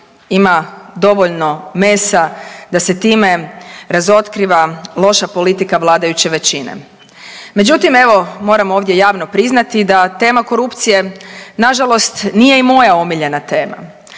Ima dovoljno mesa da se time razotkriva loša politika vladajuće većine, međutim evo moram ovdje javno priznati da tema korupcije na žalost nije i moja omiljena tema,